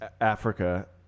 Africa